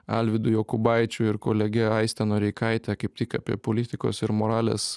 alvydu jokubaičiu ir kolege aiste noreikaite kaip tik apie politikos ir moralės